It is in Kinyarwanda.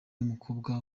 n’umukobwa